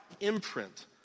imprint